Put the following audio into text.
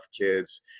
kids